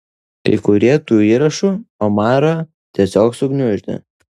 kai kurie tų įrašų omarą tiesiog sugniuždė